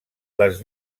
les